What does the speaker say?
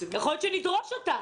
יכול להיות שנדרוש אותה.